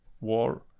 war